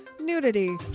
nudity